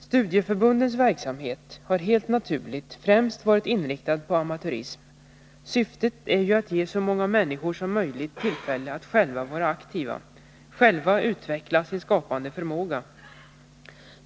Studieförbundens verksamhet har helt naturligt främst varit inriktad på amatörism — syftet är ju att ge så många människor som möjligt tillfälle att själva vara aktiva, själva utveckla sin skapande förmåga.